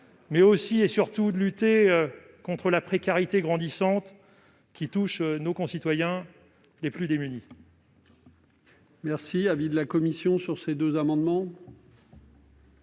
mais aussi, et surtout, lutter contre la précarité grandissante qui touche nos concitoyens les plus démunis.